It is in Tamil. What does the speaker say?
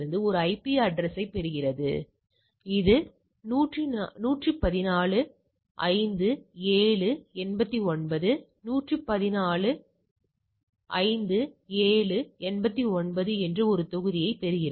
எனவே இன்மை கருதுகோளை நீங்கள் நிராகரித்தவுடன் மேற்பொருந்தக்கூடிய பெறப்பட்ட மதிப்புகள் கருத்துரு பரவலின் 3 1 க்குச் சமம்